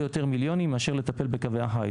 יותר מיליונים מאשר לטפל בקווי החיץ.